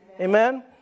Amen